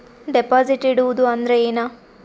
Deposit ಇಡುವುದು ಅಂದ್ರ ಏನ?